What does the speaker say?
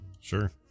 Sure